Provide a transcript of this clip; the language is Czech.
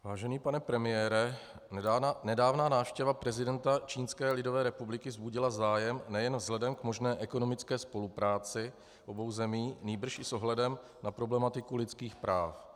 Vážený pane premiére, nedávná návštěva prezidenta Čínské lidové republiky vzbudila zájem nejen vzhledem k možné ekonomické spolupráci obou zemí, nýbrž i s ohledem na problematiku lidských práv.